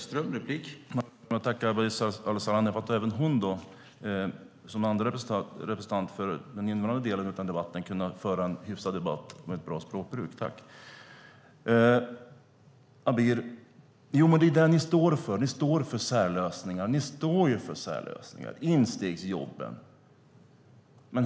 Herr talman! Tack för att även du, Abir Al-Sahlani, som andra representant för den invandrade delen i den här debatten kan föra en hyfsad debatt med bra språkbruk. Ni står för särlösningar som instegsjobben.